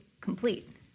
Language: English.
complete